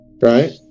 Right